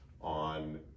on